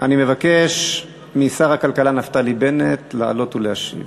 אני מבקש משר הכלכלה נפתלי בנט לעלות ולהשיב.